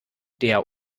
der